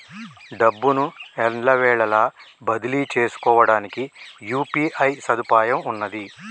డబ్బును ఎల్లవేళలా బదిలీ చేసుకోవడానికి యూ.పీ.ఐ సదుపాయం ఉన్నది